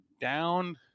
down